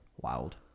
Wild